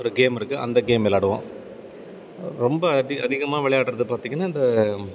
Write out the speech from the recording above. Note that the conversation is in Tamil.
ஒரு கேம் இருக்குது அந்த கேம் விளாடுவோம் ரொம்ப அதி அதிகமாக விளையாட்றது பார்த்திங்கன்னா இந்த